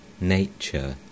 nature